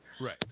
Right